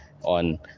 on